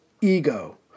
ego